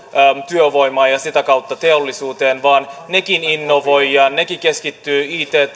työvoimaan ja sitä kautta teollisuuteen vaan nekin innovoivat ja nekin keskittyvät it